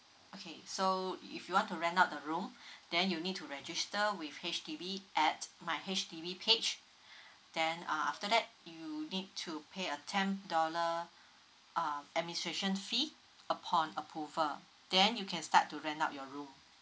okay so if you want to rent out the room then you need to register with H_D_B at my H_D_B page then uh after that you need to pay a ten dollar uh administration fee upon approval then you can start to rent out your room